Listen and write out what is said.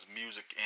music